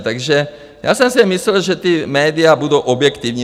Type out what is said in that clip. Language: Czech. Takže já jsem si myslel, že ta média budou objektivní.